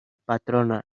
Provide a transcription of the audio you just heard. patrona